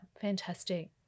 fantastic